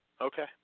Okay